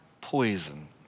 poison